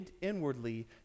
inwardly